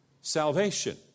salvation